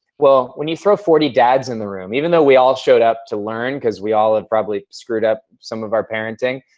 well, when you fill ah forty dads in the room, even though we all showed up to learn cause we all probably screwed up some of our parenting,